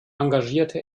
engagierte